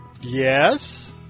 Yes